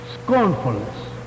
scornfulness